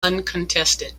uncontested